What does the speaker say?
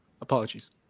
Apologies